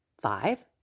five